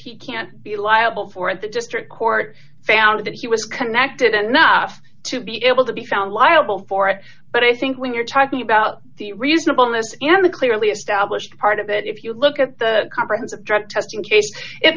he can't be liable for at the district court found that he was connected enough to be able to be found liable for it but i think when you're talking about the reasonableness and the clearly established part of it if you look at the coverage of the drug testing